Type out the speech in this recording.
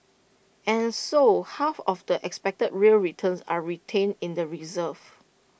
and so half of the expected real returns are retained in the reserves